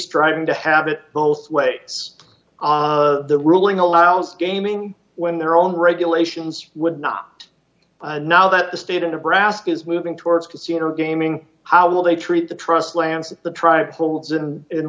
striving to have it both way the ruling allows gaming when their own regulations would not know that the state of nebraska is moving towards casino gaming how will they treat the trust lands the